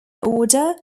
order